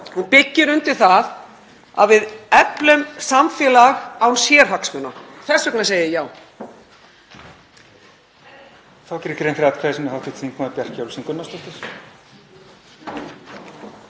byggir undir það að við eflum samfélag án sérhagsmuna. Þess vegna segi ég já.